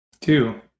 two